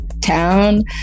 town